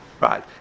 Right